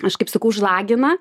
aš kaip sakau užlagina